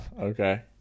okay